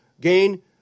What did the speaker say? gain